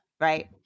right